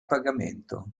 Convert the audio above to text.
pagamento